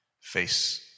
face